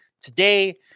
today